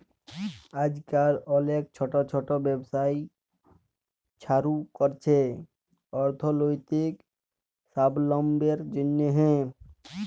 আইজকাল অলেক ছট ছট ব্যবসা ছুরু ক্যরছে অথ্থলৈতিক সাবলম্বীর জ্যনহে